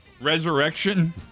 resurrection